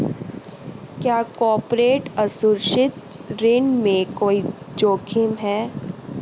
क्या कॉर्पोरेट असुरक्षित ऋण में कोई जोखिम है?